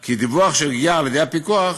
כי דיווח שהגיע לידי הפיקוח